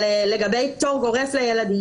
לגבי פטור גורף לילד,